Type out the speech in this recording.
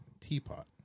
teapot